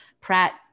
Pratt